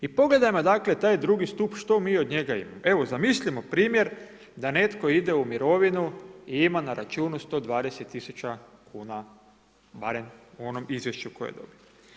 I pogledajmo dakle taj drugi stup što mi od njega imamo, evo zamislimo primjer da netko ide u mirovinu i ima na računu 120 000 kuna, barem u onom izvješću koje dobije.